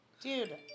Dude